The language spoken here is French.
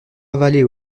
avaler